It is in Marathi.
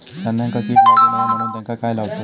धान्यांका कीड लागू नये म्हणून त्याका काय लावतत?